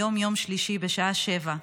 היום יום שלישי בשעה 19:00,